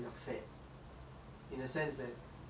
அவ என்னதான் அழகா இருந்தாலும்:ava ennatha alaga irunthalum she's still fat